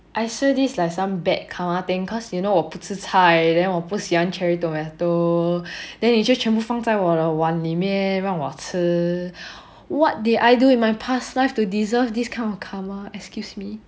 I swear this is like some bad karma thing cause you know 我不吃菜 then 我不喜欢 cherry tomato then 你就全部放在我的碗里面让我吃 what did I do in my past life to deserve this kind of karma excuse me